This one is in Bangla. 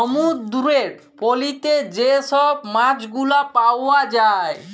সমুদ্দুরের পলিতে যে ছব মাছগুলা পাউয়া যায়